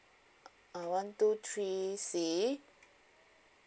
uh one two three C